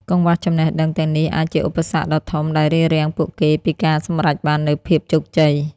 កង្វះចំណេះដឹងទាំងនេះអាចជាឧបសគ្គដ៏ធំដែលរារាំងពួកគេពីការសម្រេចបាននូវភាពជោគជ័យ។